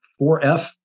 4F